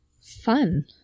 Fun